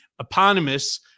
eponymous